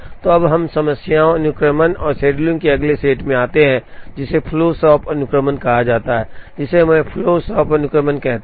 तो अब हम समस्याओं और अनुक्रमण और शेड्यूलिंग के अगले सेट में आते हैं जिसे फ्लो शॉप अनुक्रमण कहा जाता है जिसे हम फ्लो शॉप अनुक्रमण कहते हैं